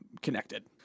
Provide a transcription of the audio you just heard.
connected